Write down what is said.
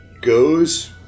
goes